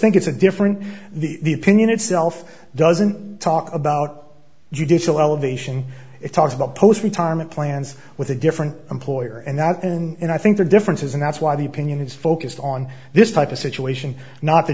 think it's a different the pinion itself doesn't talk about judicial elevation it talks about post retirement plans with a different employer and that and i think the difference is and that's why the opinion is focused on this type of situation not the